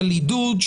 של עידוד,